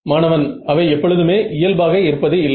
மாணவன் அவை எப்பொழுதுமே இயல்பாக இருப்பது இல்லை